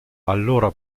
allora